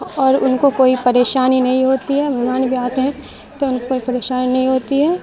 اور ان کو کوئی پریشانی نہیں ہوتی ہے مہمان بھی آتے ہیں تو ان کو کوئی پریشانی نہیں ہوتی ہے